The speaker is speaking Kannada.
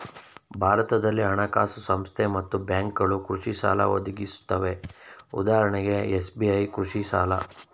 ಭಾರತದಲ್ಲಿ ಹಣಕಾಸು ಸಂಸ್ಥೆ ಮತ್ತು ಬ್ಯಾಂಕ್ಗಳು ಕೃಷಿಸಾಲ ಒದಗಿಸುತ್ವೆ ಉದಾಹರಣೆಗೆ ಎಸ್.ಬಿ.ಐ ಕೃಷಿಸಾಲ